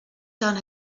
done